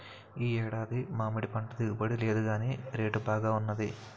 ఈ ఏడాది మామిడిపంట దిగుబడి లేదుగాని రేటు బాగా వున్నది